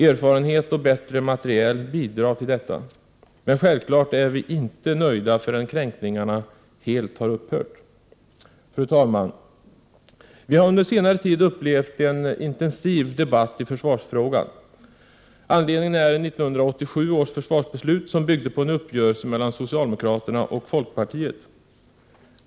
Erfarenhet och bättre materiel bidrar till detta. Men självfallet är vi inte nöjda förrän kränkningarna helt har upphört. Fru talman! Vi har under senare tid upplevt en intensiv debatt i försvarsfrågan. Anledningen är 1987 års försvarsbeslut, som byggde på en uppgörelse mellan socialdemokraterna och folkpartiet.